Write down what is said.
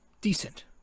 decent